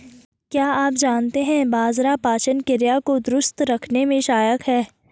क्या आप जानते है बाजरा पाचन क्रिया को दुरुस्त रखने में सहायक हैं?